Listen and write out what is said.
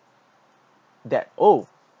that !ow!